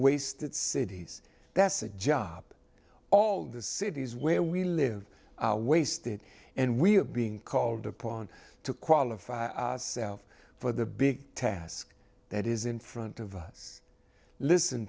wasted cities that's a job all the cities where we live wasted and we are being called upon to qualify self for the big task that is in front of us listen